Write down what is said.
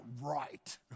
right